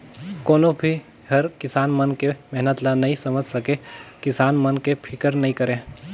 कोनो भी हर किसान मन के मेहनत ल नइ समेझ सके, किसान मन के फिकर नइ करे